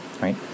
Right